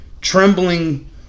trembling